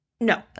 No